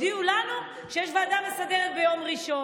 שיש ועדה מסדרת ביום ראשון.